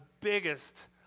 biggest